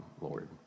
Lord